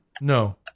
No